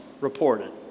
reported